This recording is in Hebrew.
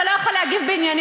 אתה לא יכול להגיב בענייניות.